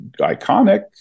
iconic